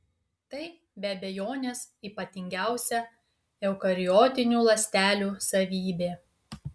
tai be abejonės ypatingiausia eukariotinių ląstelių savybė